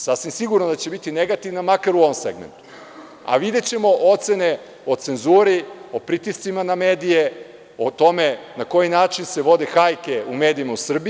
Sasvim je sigurno da će biti negativna, makar u ovom segmentu, a videćemo ocene o cenzuri, o pritiscima na medije, o tome na koji način se vode hajke u medijima u Srbiji.